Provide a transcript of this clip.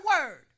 word